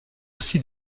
aussi